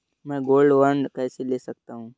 मैं gold bond कैसे ले सकता हूँ?